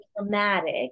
dramatic